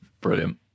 Brilliant